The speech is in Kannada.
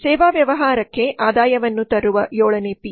ಸೇವಾ ವ್ಯವಹಾರಕ್ಕೆ ಆದಾಯವನ್ನು ತರುವ 7ಪಿ